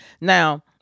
Now